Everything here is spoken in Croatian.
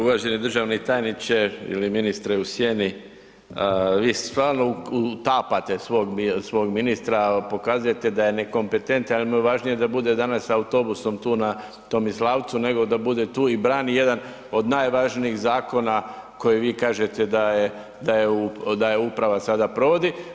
Uvaženi državni tajniče ili ministre u sjeni, vi stalno utapate svog ministra, pokazujete da je nekompetentan jer mu je važnije da bude danas sa autobusom tu na Tomislavcu nego da bude tu i brani jedan od najvažnijih zakona koji vi kažete da je uprava sada provodi.